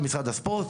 שמשרד התרבות והספורט